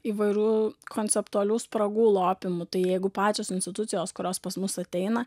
įvairių konceptualių spragų lopymu tai jeigu pačios institucijos kurios pas mus ateina